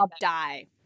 die